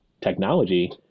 technology